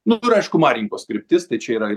nu ir aišku marinkos kryptis tai čia yra